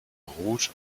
ruth